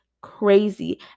crazy